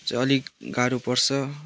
च अलिक गाह्रो पर्छ